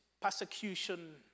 persecution